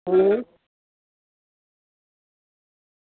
હમ